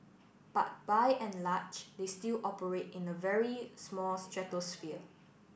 but by and large they still operate in a very small stratosphere